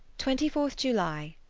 twenty four july.